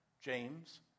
James